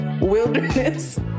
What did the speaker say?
wilderness